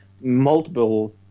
multiple